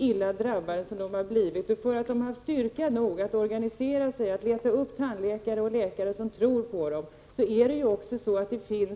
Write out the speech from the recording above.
illa drabbade som de blivit och på grund av att de haft styrka nog att organisera sig och leta upp tandläkare och läkare som trott på dem, har en hel del alternativa material prövats.